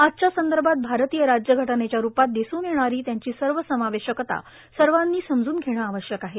आजच्या संदर्भात भारतीय राज्यघटनेच्या रूपात दिसून येणारी त्यांची सर्व समावेशकता सर्वांनी समजून घेणे आवश्यक आहे